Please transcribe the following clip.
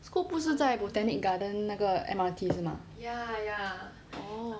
scoop 不是在 botanic garden 那个 M_R_T 是 mah oh